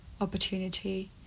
opportunity